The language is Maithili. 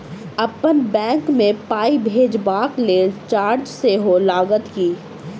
अप्पन बैंक मे पाई भेजबाक लेल चार्ज सेहो लागत की?